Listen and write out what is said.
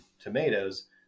tomatoes